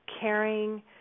caring